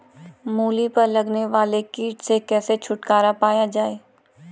मूली पर लगने वाले कीट से कैसे छुटकारा पाया जाये?